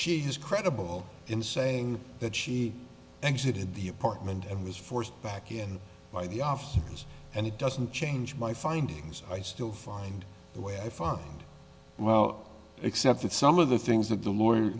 she's credible in saying that she exited the apartment and was forced back in by the officers and it doesn't change my findings i still find the way i follow well except that some of the things that the lawyer